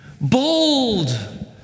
Bold